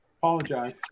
Apologize